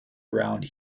around